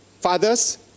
fathers